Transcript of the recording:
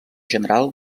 general